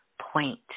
point